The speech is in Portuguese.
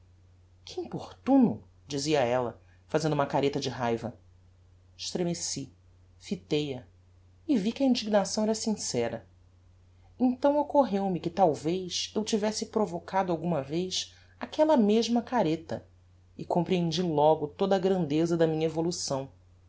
que importuno dizia ella fazendo uma careta de raiva estremeci fitei a vi que a indignação era sincera então occorreu me que talvez eu tivesse provocado alguma vez aquella mesma careta e comprehendi logo toda a grandeza da minha evolução